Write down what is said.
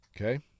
Okay